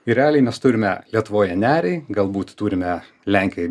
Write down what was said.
ir realiai mes turime lietuvoje nerį galbūt turime lenkijoj